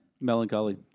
Melancholy